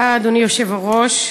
אדוני היושב-ראש,